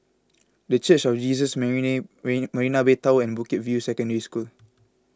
the Church of Jesus Marina Bay Tower and Bukit View Secondary School